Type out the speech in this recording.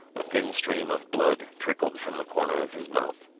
a thin stream of blood trickled from the corner of his mouth.